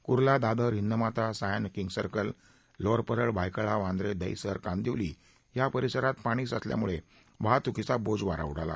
Kurla Dadar Hindmata Sion King's Circle Lower Parel Byculla Vandre Dahisar Kandivali आदी परिसरात पाणी साचल्यामुळे वाहतूकीचा बोजवारा उडाला